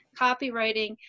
copywriting